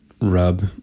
rub